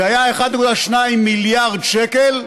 זה היה 1.2 מיליארד שקל,